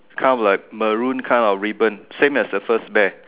kind of like maroon kind of ribbon same as the first bear